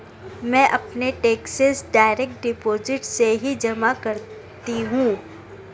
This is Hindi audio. मैं अपने टैक्सेस डायरेक्ट डिपॉजिट से ही जमा करती हूँ